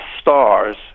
stars